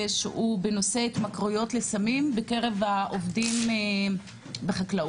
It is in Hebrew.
שהוא בנושא התמכרויות לסמים בקרב העובדים בחקלאות.